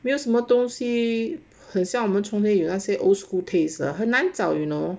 没有什么东西很像我们从前有哪些 old school taste 的很难找 you know